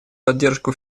поддержку